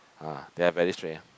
ah they are very strict ah